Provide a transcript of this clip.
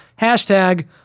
Hashtag